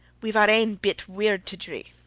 we've our ain bit weird to dree!